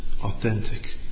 authentic